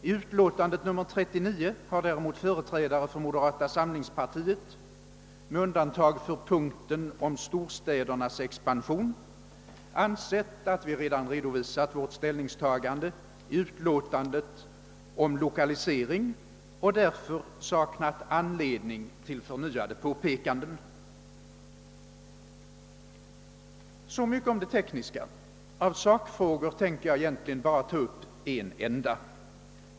I utlåtandet nr 39 har däremot vi som företräder moderata samlingspartiet — med undantag för punkten om storstädernas expansion — ansett att vi redan redovisat vårt ställningstagande i utlåtandet om lokalisering och därför saknat anledning till förnyade påpekanden. Så mycket om det tekniska. Av sakfrågor tänker jag egentligen bara ta upp en enda.